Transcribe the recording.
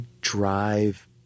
drive